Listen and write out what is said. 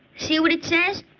see what it says?